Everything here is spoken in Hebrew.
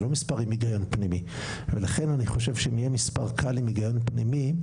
זה לא מספרים עם היגיון ולכן אני חושב שאם יהיה מספר קל עם הגיון פנימי,